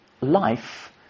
life